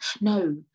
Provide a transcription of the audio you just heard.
No